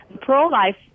pro-life